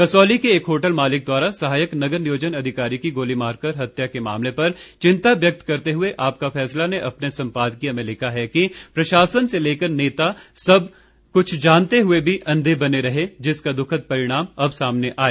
कसौली के एक होटल मालिक द्वारा सहायक नगर नियोजन अधिकारी की गोली मारकर हत्या के मामले पर चिंता व्यक्त करते हुए आपका फैसला ने अपने सम्पादकीय में लिखा है कि प्रशासन से लेकर नेता तक सबकुछ देखते हुए भी अंधे बने रहे जिसका दुखद परिणाम अब सामने आया